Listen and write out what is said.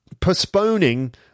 postponing